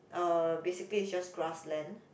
um basically is just grass land